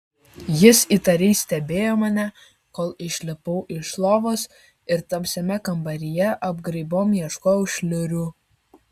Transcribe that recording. jis įtariai stebėjo mane kol išlipau iš lovos ir tamsiame kambaryje apgraibom ieškojau šliurių